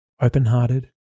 open-hearted